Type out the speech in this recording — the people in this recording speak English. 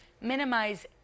Minimize